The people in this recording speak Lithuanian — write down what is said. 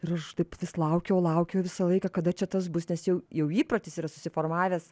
ir aš taip vis laukiau laukiau visą laiką kada čia tas bus nes jau jau įprotis yra susiformavęs